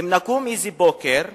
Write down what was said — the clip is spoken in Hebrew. אם נקום איזה בוקר ונגלה,